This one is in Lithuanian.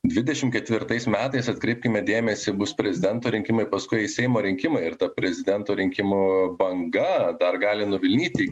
dvidešimt ketvirtais metais atkreipkime dėmesį bus prezidento rinkimai paskui seimo rinkimai ir ta prezidento rinkimų banga dar gali nuvilnyti